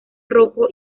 rojo